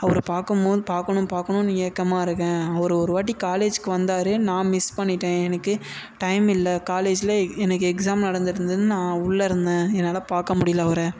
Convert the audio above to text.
அவரை பார்க்கும் போது பார்க்கணும் பார்க்கணுன்னு ஏக்கமாக இருக்கேன் அவர் ஒருவாட்டி காலேஜுக்கு வந்தார் நான் மிஸ் பண்ணிவிட்டேன் எனக்கு டைம் இல்லை காலேஜில் எனக்கு எக்ஸாம் நடந்துட்டுருந்ததுன்னு நான் உள்ளே இருந்தேன் என்னால் பார்க்க முடியலை அவர